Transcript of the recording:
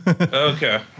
Okay